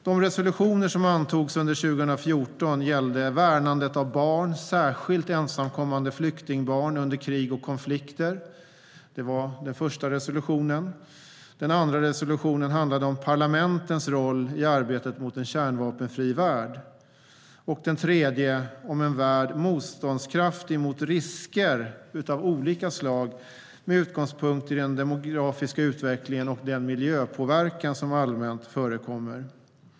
De resolutioner som antogs under 2014 gällde bland annat värnande av barn, särskilt ensamkommande flyktingbarn undan krig och konflikter. Det var den första resolutionen. Den andra resolutionen handlade om parlamentens roll i arbetet för en kärnvapenfri värld. Den tredje resolutionen handlade om en värld motståndskraftig mot risker av olika slag, med utgångspunkt i den demografiska utvecklingen och den miljöpåverkan som allmänt förekommer.